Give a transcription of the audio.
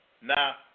Now